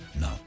No